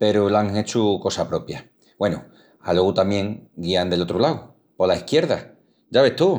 peru lo án hechu cosa propia. Güenu, alogu tamién guian del otru lau, pola esquierda, ya ves tú!